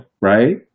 right